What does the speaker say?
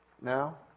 now